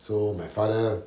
so my father